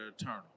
eternal